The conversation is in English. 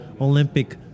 Olympic